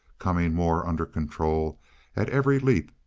coming more under control at every leap,